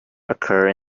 occur